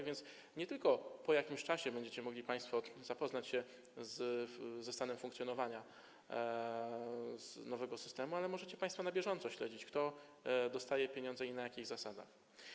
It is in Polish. A więc nie tylko po jakimś czasie będziecie mogli państwo zapoznać się ze stanem funkcjonowania nowego systemu, ale też możecie państwo na bieżąco śledzić, kto dostaje pieniądze i na jakich zasadach.